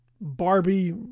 Barbie